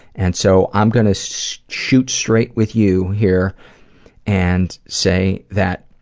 and so, i'm gonna so shoot straight with you here and say that,